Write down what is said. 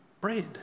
bread